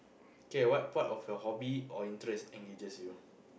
K what part of your hobby or interest engages you